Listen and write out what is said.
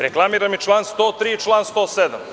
Reklamiram i član 103. i član 107.